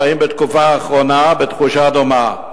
חיים בתקופה האחרונה בתחושה דומה.